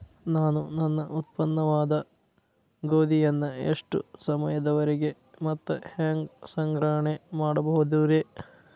ನಾನು ನನ್ನ ಉತ್ಪನ್ನವಾದ ಗೋಧಿಯನ್ನ ಎಷ್ಟು ಸಮಯದವರೆಗೆ ಮತ್ತ ಹ್ಯಾಂಗ ಸಂಗ್ರಹಣೆ ಮಾಡಬಹುದುರೇ?